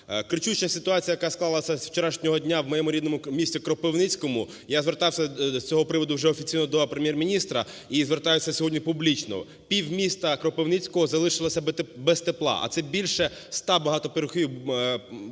Кричуща ситуація, яка склалась з вчорашнього дня в моєму рідному місті Кропивницькому. Я звертався з цього приводу вже офіційно до Прем'єр-міністра і звертаюсь сьогодні публічно. Пів міста Кропивницького залишилось без тепла, а це більше 100 багатоповерхових